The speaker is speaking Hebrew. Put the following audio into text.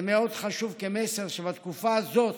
זה מאוד חשוב, כמסר, שבתקופה הזאת